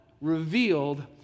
revealed